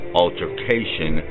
altercation